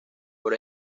por